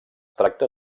tracta